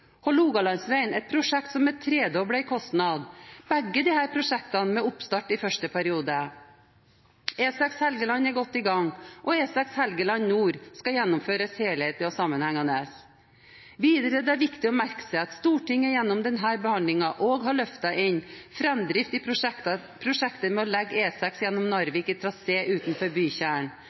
er et prosjekt som er tredoblet i kostnad. Begge disse prosjektene har oppstart i første periode. E6 Helgeland er godt i gang, og E6 Helgeland nord skal gjennomføres helhetlig og sammenhengende. Videre er det viktig å merke seg at Stortinget gjennom denne behandlingen også har løftet inn framdrift i prosjektet ved å legge E6 gjennom Narvik i trasé utenfor bykjernen.